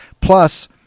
plus